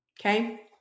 okay